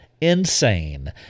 insane